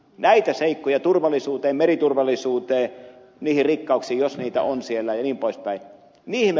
näitä seikkoja turvallisuuteen meriturvallisuuteen niihin rikkauksiin jos niitä on siellä jnp